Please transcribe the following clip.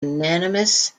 unanimous